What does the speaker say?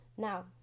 Now